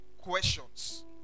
questions